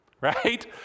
Right